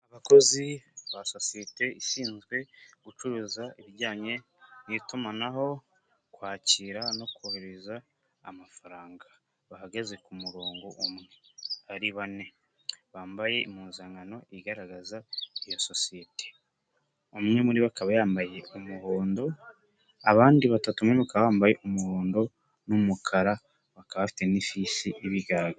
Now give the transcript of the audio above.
bAakozi ba sosiyete ishinzwe gucuruza ibijyanye n'itumanaho kwakira no kohereza amafaranga bahagaze ku murongo umwe ari bane, bambaye impuzankano igaragaza iyo sosiyete umwe muri bo akaba yambaye umuhondo, abandi batatu bakaba muri bo bambaye umuhondo n'umukara bakaba bafite n'ifishi ibigaragaraza.